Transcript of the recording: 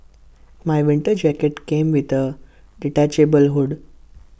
my winter jacket came with A detachable hood